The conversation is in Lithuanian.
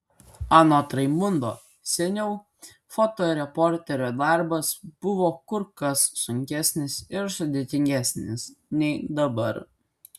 anot raimundo seniau fotoreporterio darbas buvo kur kas sunkesnis ir sudėtingesnis nei dabar